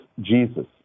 Jesus